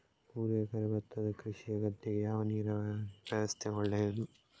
ಮೂರು ಎಕರೆ ಭತ್ತದ ಕೃಷಿಯ ಗದ್ದೆಗೆ ಯಾವ ನೀರಾವರಿ ವ್ಯವಸ್ಥೆ ಒಳ್ಳೆಯದು?